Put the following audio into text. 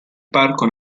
parco